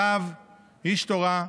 רב, איש תורה,